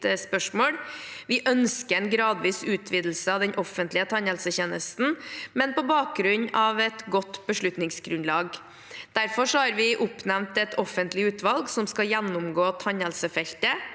Vi ønsker en gradvis utvidelse av den offentlige tannhelsetjenesten, men på bakgrunn av et godt beslutningsgrunnlag. Derfor har vi oppnevnt et offentlig utvalg som skal gjennomgå tannhelsefeltet.